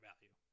value